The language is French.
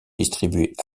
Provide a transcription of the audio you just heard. distribuées